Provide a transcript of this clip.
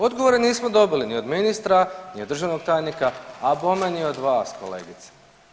Odgovore nismo dobili ni od ministra, ni od državnog tajnika, a bome ni od vas kolegice.